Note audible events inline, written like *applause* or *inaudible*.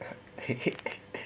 *laughs*